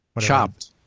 Chopped